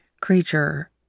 creature